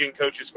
coaches